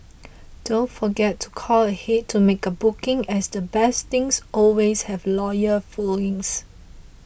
don't forget to call ahead to make a booking as the best things always have loyal followings